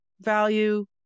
value